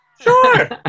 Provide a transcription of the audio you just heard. Sure